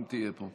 אם תהיה פה.